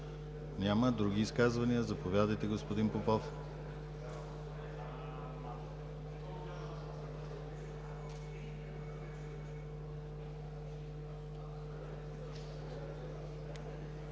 Няма. Други изказвания? Заповядайте, господин Попов.